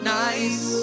nice